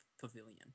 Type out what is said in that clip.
pavilion